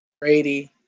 Brady